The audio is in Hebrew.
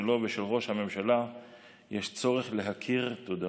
שלו ושל ראש הממשלה יש צורך להכיר תודה.